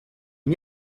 n’y